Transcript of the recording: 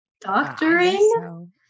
Doctoring